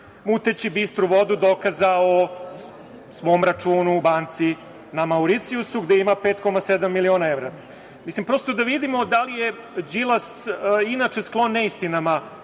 muteći bistru vodu dokaza o svom računu u banci na Mauricijusu gde ima 5,7 miliona evra. Mislim, prosto da vidimo da li je Đilas inače sklon neistinama